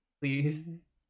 Please